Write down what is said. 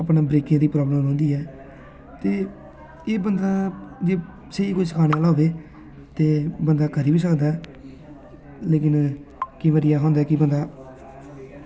अपने ब्रेकें दी प्रॉब्लम रौहंदी ऐ ते एह् बंदा कोई स्हेई सखानै आह्ला होऐ ते बंदा करी बी सकदा लेकिन केईं बारी ऐसा होंदा की बंदा